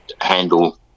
handle